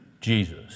Jesus